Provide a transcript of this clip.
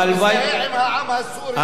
מזדהה עם העם הסורי,